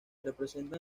representan